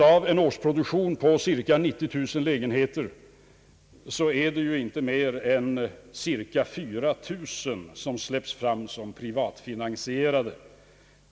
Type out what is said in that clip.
Av en årsproduktion på cirka 90 000 lägenheter är inte mer än cirka 4000 privatfinansierade.